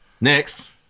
Next